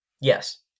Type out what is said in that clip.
Yes